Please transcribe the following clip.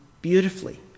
beautifully